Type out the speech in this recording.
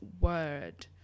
word